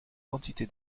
quantité